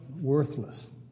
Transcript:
worthless